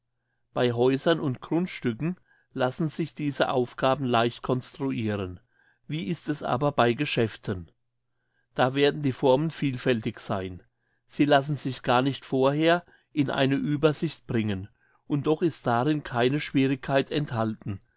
bei häusern und grundstücken lassen sich diese aufgaben leicht construiren wie ist es aber bei geschäften da werden die formen vielfältig sein sie lassen sich gar nicht vorher in eine uebersicht bringen und doch ist darin keine schwierigkeit enthalten